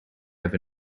have